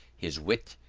his wit,